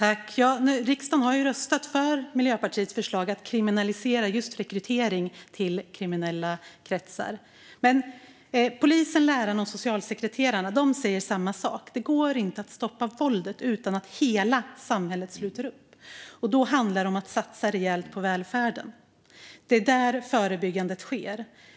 Herr talman! Ja, riksdagen har ju röstat för Miljöpartiets förslag att kriminalisera just rekrytering till kriminella kretsar. Men polisen, lärarna och socialsekreterarna säger samma sak: Det går inte att stoppa våldet utan att hela samhället sluter upp. Då handlar det om att satsa rejält på välfärden. Det är där förebyggandet sker.